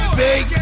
big